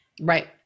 Right